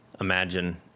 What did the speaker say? imagine